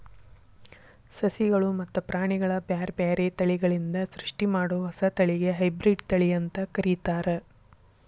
ಸಸಿಗಳು ಮತ್ತ ಪ್ರಾಣಿಗಳ ಬ್ಯಾರ್ಬ್ಯಾರೇ ತಳಿಗಳಿಂದ ಸೃಷ್ಟಿಮಾಡೋ ಹೊಸ ತಳಿಗೆ ಹೈಬ್ರಿಡ್ ತಳಿ ಅಂತ ಕರೇತಾರ